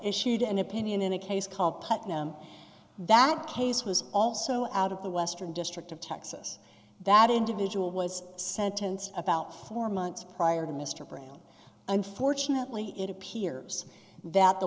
issued an opinion in a case called putnam that case was also out of the western district of texas that individual was sentenced about four months prior to mr brown unfortunately it appears that the